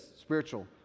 spiritual